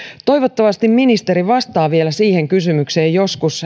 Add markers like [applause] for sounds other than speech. toivottavasti ministeri vastaa vielä siihen kysymykseen joskus [unintelligible]